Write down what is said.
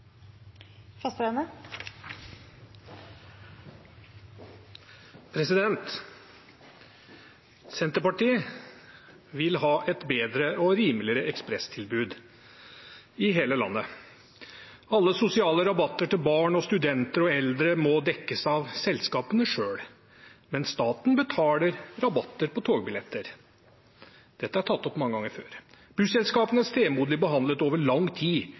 Bengt Fasteraune. Senterpartiet vil ha et bedre og rimeligere ekspressbusstilbud i hele landet. Alle sosiale rabatter til barn, studenter og eldre må dekkes av selskapene selv, men staten betaler rabatter på togbilletter. Dette er tatt opp mange ganger før. Busselskapene er stemoderlig behandlet over lang tid.